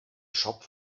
shop